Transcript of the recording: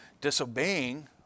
disobeying